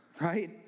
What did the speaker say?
right